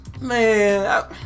Man